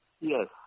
Yes